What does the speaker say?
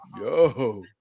yo